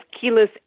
keyless